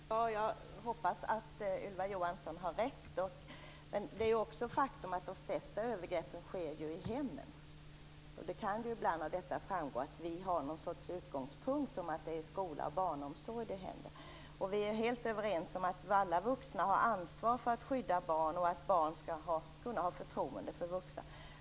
Fru talman! Jag hoppas att Ylva Johansson har rätt. Men det är också ett faktum att de flesta övergreppen sker i hemmen - ibland kan det verka som om vi har som utgångspunkt att det är i skola och barnomsorg de händer. Vi är också helt överens om att alla vuxna har ansvar för att skydda barn och att barn skall kunna ha förtroende för vuxna.